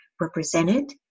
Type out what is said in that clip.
represented